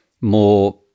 more